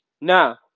Now